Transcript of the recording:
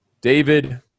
David